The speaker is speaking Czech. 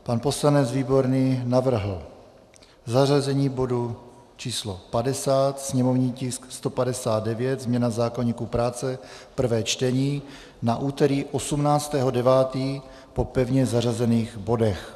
Pan poslanec Výborný navrhl zařazení bodu číslo 50, sněmovní tisk 159, změna v zákoníku práce, prvé čtení, na úterý 18. 9. po pevně zařazených bodech.